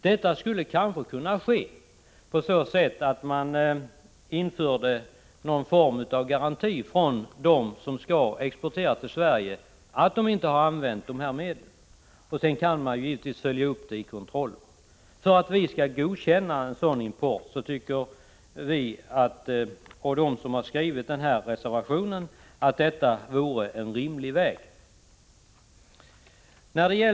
Detta skulle kanske kunna ske genom att man införde krav på någon form av garanti från dem som skall exportera till Sverige om att de inte använt medel som är förbjudna hos oss, vilket givetvis sedan skulle kunna följas upp genom kontroller. Vi tycker i likhet med dem som har skrivit reservationen att detta vore en rimlig väg att gå.